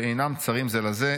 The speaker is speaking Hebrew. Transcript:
שאינם צרים זה לזה,